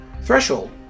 Threshold